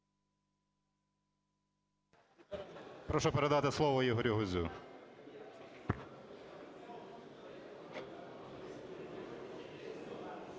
Прошу передати слово Ігорю Гузю.